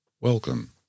Welcome